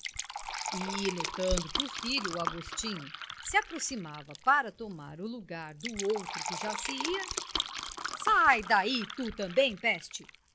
e notando que o filho o agostinho se aproximava para tomar o lugar do outro que já se ia sai daí tu também peste